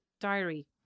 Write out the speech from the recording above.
diary